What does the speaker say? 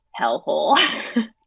hellhole